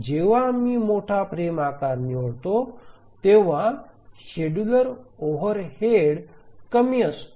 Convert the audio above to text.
जेव्हा आम्ही मोठा फ्रेम आकार निवडतो तेव्हा शेड्यूलर ओव्हरहेड कमी असतो